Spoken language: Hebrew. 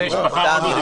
מה היה?